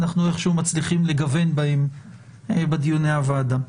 אנחנו מצליחים לגוון בהם בדיוני הוועדה.